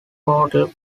portal